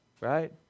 Right